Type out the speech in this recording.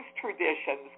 traditions